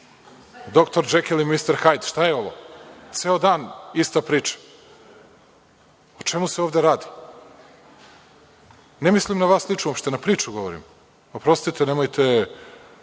Doktor Džekil i Mister Hajd? Šta je ovo? Ceo dan ista priča. O čemu se ovde radi? Ne mislim na vas lično, uopšte, na priču govorim, oprostite nemojte,